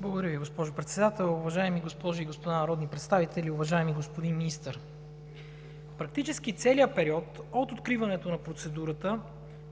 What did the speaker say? Благодаря Ви, госпожо Председател. Уважаеми госпожи и господа народни представители, уважаеми господин Министър! Практически целият период от откриването на процедурата